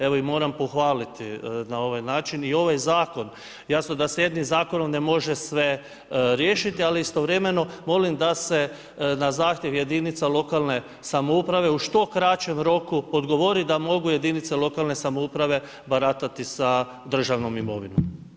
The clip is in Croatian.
Evo, moram pohvaliti na ovaj način i ovaj zakon, jasno da se s jednim zakonom ne može sve riješiti, ali istovremeno, volim da se na zahtjev jedinice lokalne samouprave u što kraćem roku odgovori, da mogu jedinice lokalne samouprave baratati sa državnom imovinom.